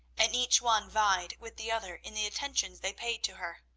and each one vied with the other in the attentions they paid to her.